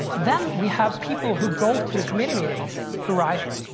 then we have people who go to the committee meetings who write.